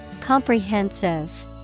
Comprehensive